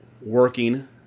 working